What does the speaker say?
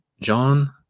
john